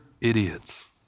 idiots